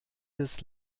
des